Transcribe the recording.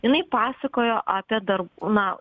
jinai pasakojo apie dar na